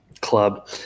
club